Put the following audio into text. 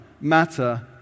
matter